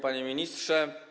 Panie Ministrze!